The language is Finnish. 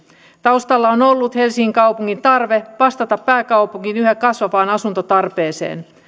taustalla on ollut helsingin kaupungin tarve vastata pääkaupungin yhä kasvavaan asuntotarpeeseen